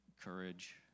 courage